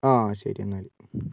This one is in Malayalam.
ആ ശരി എന്നാൽ